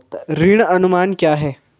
ऋण अनुमान क्या है?